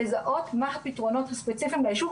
לזהות מה הפתרונות הספציפיים לישוב,